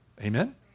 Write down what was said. Amen